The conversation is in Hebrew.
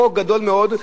חוק גדול מאוד,